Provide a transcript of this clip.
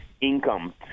income